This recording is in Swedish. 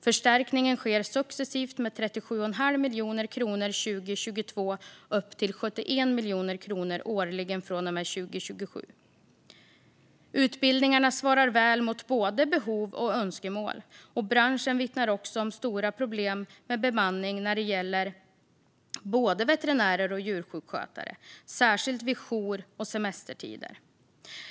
Förstärkningen sker successivt med 37 1⁄2 miljon kronor 2022 upp till 71 miljoner kronor årligen från och med 2027. Utbildningarna svarar väl mot både behov och önskemål. Branschen vittnar också om stora problem med bemanning när det gäller både veterinärer och djursjukskötare, särskilt vid jour och semestertider.